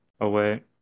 away